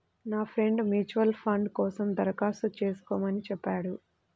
నా friend mutual fund కోసం దరఖాస్తు చేస్కోమని చెప్పాడు